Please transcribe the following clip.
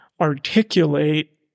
articulate